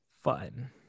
fun